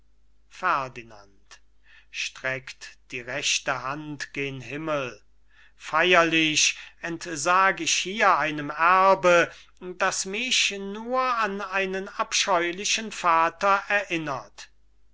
gen himmel feierlich entsag ich hier einem erbe das mich nur an einen abscheulichen vater erinnert